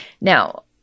Now